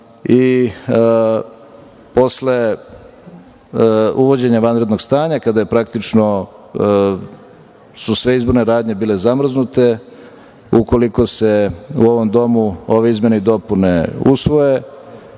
i posle uvođenja vanrednog stanja, kada su, praktično, sve izborne radnje bile zamrznute. Ukoliko se u ovom domu ove izmene i dopune usvoje,